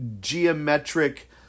geometric